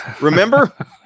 remember